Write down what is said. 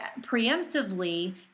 preemptively